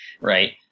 right